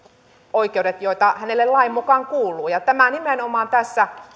oikeudet jotka hänelle lain mukaan kuuluvat tämä nimenomaan tässä